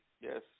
Yes